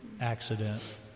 accident